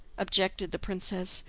objected the princess,